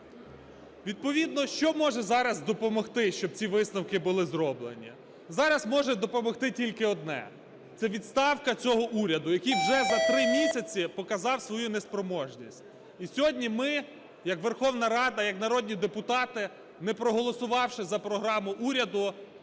Відповідно, що може зараз допомогти, щоб ці висновки були зроблені? Зараз може допомогти тільки одне – це відставка цього уряду, який вже за три місяці показав свою неспроможність. І сьогодні ми як Верховна Рада, як народні депутати, не проголосувавши за програму уряду,